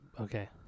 Okay